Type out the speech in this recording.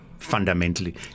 Fundamentally